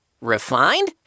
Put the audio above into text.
Refined